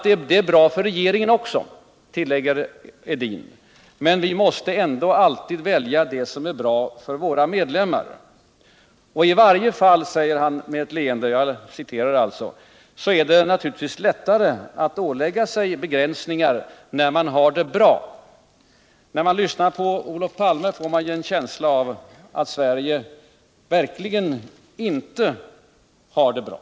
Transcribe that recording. Det är bra för regeringen också, tillägger Edin, men vi måste ändå alltid välja det som är bra för våra medlemmar. I varje fall, säger han med ett leende, är det naturligtvis lättare att ålägga sig begränsningar när man har det bra. När man lyssnar på Olof Palme får man en känsla av att Sverige verkligen inte har det bra.